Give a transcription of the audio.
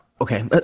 Okay